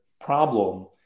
problem